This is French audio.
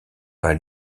pas